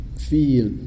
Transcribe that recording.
feel